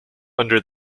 under